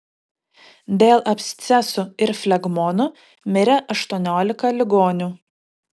dėl abscesų ir flegmonų mirė aštuoniolika ligonių